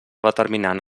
determinant